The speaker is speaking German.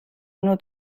nur